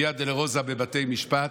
ויה דולורוזה בבתי משפט,